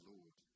Lord